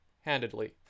Handedly